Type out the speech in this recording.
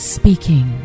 speaking